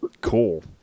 Cool